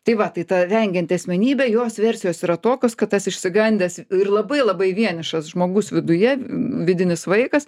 tai va tai ta vengianti asmenybė jos versijos yra tokios kad tas išsigandęs ir labai labai vienišas žmogus viduje vidinis vaikas